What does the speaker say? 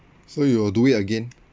so you will do it again